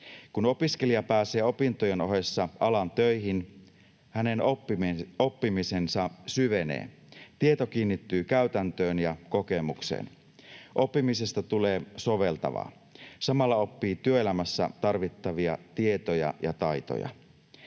Kun opiskelija pääsee opintojen ohessa alan töihin, hänen oppimisensa syvenee. Tieto kiinnittyy käytäntöön ja kokemukseen. Oppimisesta tulee soveltavaa. Samalla oppii työelämässä tarvittavia tietoja ja taitoja.